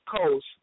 Coast